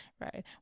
right